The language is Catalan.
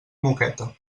moqueta